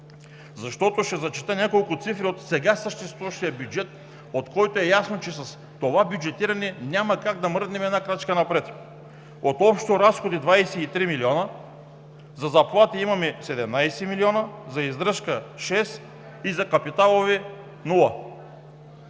продукт. Ще зачета няколко цифри от сега съществуващия бюджет, от които е ясно, че с това бюджетиране няма как да мръднем една крачка напред. От общо разходи 23 милиона за заплати имаме 17 милиона, за издръжка 6 милиона, и за капиталови